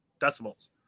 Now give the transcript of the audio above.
decimals